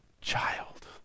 child